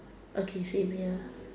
okay same here